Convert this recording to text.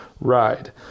ride